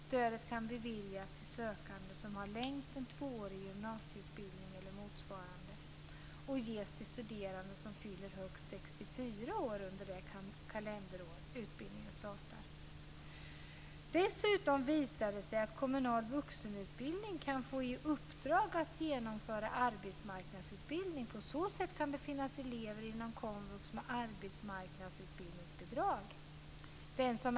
Stödet kan beviljas sökande som har längst en tvåårig gymnasieutbildning eller motsvarande och ges till studerande som fyller högst 64 år under det kalenderår då utbildningen startar. Dessutom visar det sig att kommunal vuxenutbildning kan få i uppdrag att genomföra arbetsmarknadsutbildning. På så sätt kan det finnas elever inom komvux med arbetsmarknadsutbildningsbidrag.